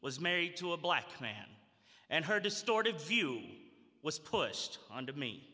was married to a black man and her distorted view was pushed on to me